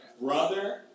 brother